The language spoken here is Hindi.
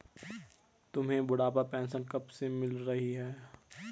तुम्हें बुढ़ापा पेंशन कब से मिल रही है?